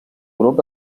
grup